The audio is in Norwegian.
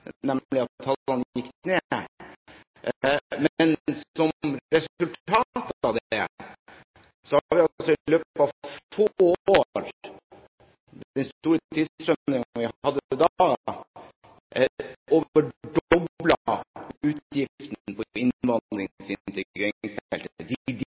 nemlig at tallene gikk ned. Men som resultat av det har vi altså i løpet av få år, på grunn av den store tilstrømningen vi hadde da, mer enn doblet utgiftene på